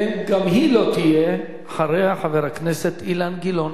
ואם גם היא לא תהיה, אחריה, חבר הכנסת אילן גילאון